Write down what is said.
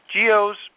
Geo's